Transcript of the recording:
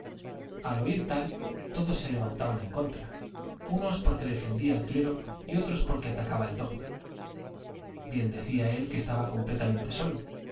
al oír tal todos se levantaban en contra unos porque defendía al clero y otros porque atacaba el dogma bien decía él que estaba completamente solo